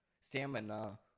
stamina